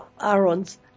Aaron's